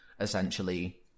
essentially